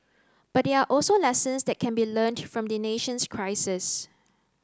but there are also lessons that can be learnt from the nation's crisis